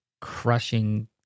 crushing